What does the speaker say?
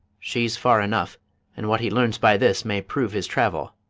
she's far enough and what he learns by this may prove his travel,